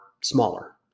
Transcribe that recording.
smaller